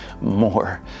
more